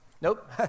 nope